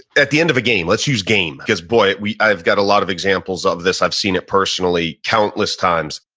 at the end of a game, let's use game because, boy, i've got a lot of examples of this. i've seen it personally countless times.